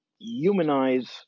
humanize